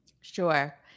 Sure